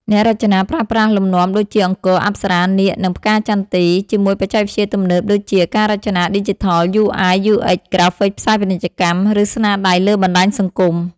អ្នករចនាប្រើប្រាស់លំនាំដូចជា អង្គរ អប្សរា នាគ និងផ្កាចន្ទី ជាមួយបច្ចេកវិទ្យាទំនើប ដូចជា ការរចនាឌីជីថល UI UX ក្រាហ្វិកផ្សាយពាណិជ្ជកម្ម ឬស្នាដៃលើបណ្តាញសង្គម។